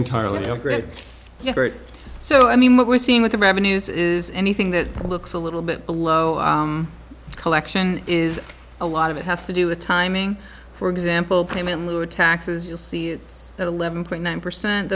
entirely you know great so i mean what we're seeing with the revenues is anything that looks a little bit below collection is a lot of it has to do with timing for example payment lower taxes you'll see it's at eleven point nine percent